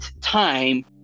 time